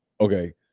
Okay